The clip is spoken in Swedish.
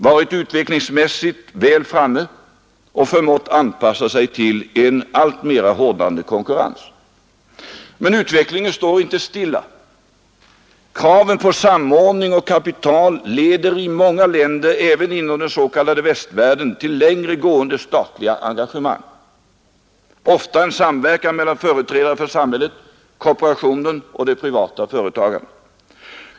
Utvecklingsmässigt har det varit väl framme och förmått anpassa sig till en alltmer hårdnande konkurrens. Men utvecklingen står inte stilla. Kraven på samordning och kapital leder i många länder även inom den s.k. västvärlden till längre gående statliga engagemang, ofta en samverkan mellan företrädare för samhället, kooperationen och det privata företagandet.